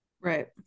Right